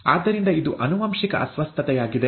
ಆದ್ದರಿಂದ ಇದು ಆನುವಂಶಿಕ ಅಸ್ವಸ್ಥತೆಯಾಗಿದೆ